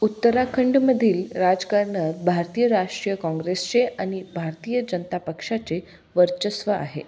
उत्तराखंडमधील राजकारणात भारतीय राष्ट्रीय काँग्रेसचे आणि भारतीय जनता पक्षाचे वर्चस्व आहे